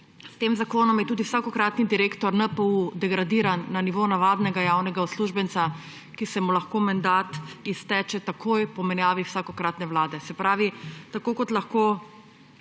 S tem zakonom je tudi vsakokratni direktor NPU degradiran na nivo navadnega javnega uslužbenca, ki se mu lahko mandat izteče takoj po menjavi vsakokratne vlade. Se pravi, tako kot lahko